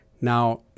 Now